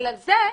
בגלל זה,